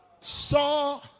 saw